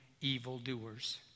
evildoers